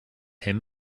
him